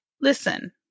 Listen